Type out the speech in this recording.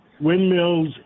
windmills